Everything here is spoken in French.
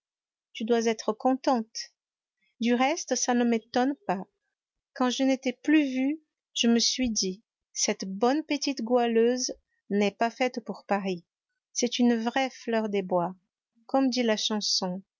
tu dois être contente du reste ça ne m'étonne pas quand je ne t'ai plus vue je me suis dit cette bonne petite goualeuse n'est pas faite pour paris c'est une vraie fleur des bois comme dit la chanson